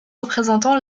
représentant